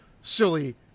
silly